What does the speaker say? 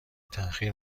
تاخیر